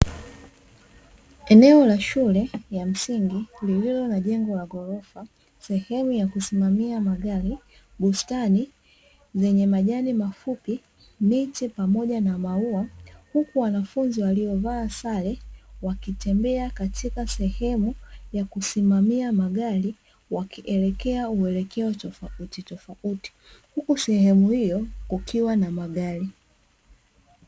Eneo la shule ya msingi lililo na jengo la ghorofa, sehemu ya kusimamia magari, bustani zenye majani mafupi, miti pamoja na maua; huku wanafunzi waliovaa sare, wakitembea katika sehemu ya kusimamia magari, wakielekea uelekeo tofautitofauti, huku sehemu hiyo kukiwa na magari.